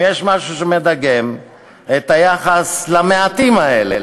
אם יש משהו שמדגים את היחס למעטים האלה,